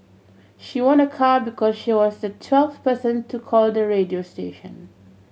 she won a car because she was the twelfth person to call the radio station